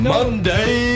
Monday